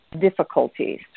difficulties